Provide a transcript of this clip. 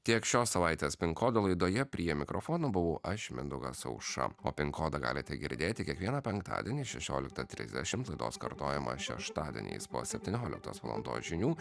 tiek šios savaitės pin kodo laidoje prie mikrofono buvau aš mindaugas aušra o pin kodą galite girdėti kiekvieną penktadienį šešioliktą trisdešimt laidos kartojimą šeštadieniais po septynioliktos valandos žinių